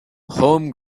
home